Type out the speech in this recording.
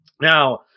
Now